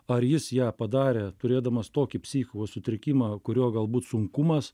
ar jis ją padarė turėdamas tokį psichikos sutrikimą kurio galbūt sunkumas